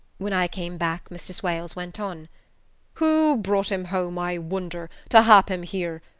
when i came back mr. swales went on who brought him home, i wonder, to hap him here?